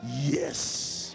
yes